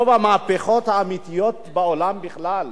רוב המהפכות האמיתיות בעולם בכלל,